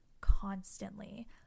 constantly